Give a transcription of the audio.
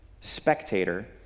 spectator